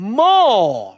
more